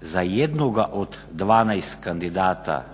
za jednoga od 12 kandidata